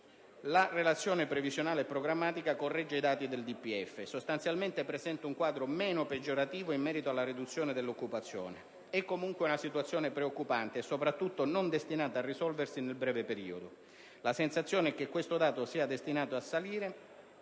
la Relazione previsionale e programmatica corregge i dati del DPEF e sostanzialmente presenta un quadro meno peggiorativo in merito alla riduzione dell'occupazione. È comunque una situazione preoccupante e soprattutto non destinata a risolversi nel breve periodo. La sensazione è che questo dato sia destinato a salire,